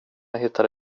hittade